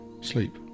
sleep